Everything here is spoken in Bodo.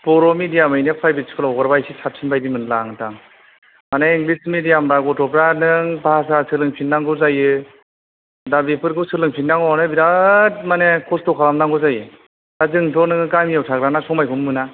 बर' मिडियामयैनो प्राइभेत स्कुलाव हगारब्ला एसे साबसिन बायदि मोनोलां नोंथां माने इंग्लिस मिडियाम बा गथ'फ्रा नों भासा सोलोंफिननांगौ जायो दा बेफोरखौ सोलोंफिननांगौ आनो बिराथ माने खस्थ' खालामनांगौ जायो दा जोंथ' गामियाव थाग्रा ना समायखौनो मोना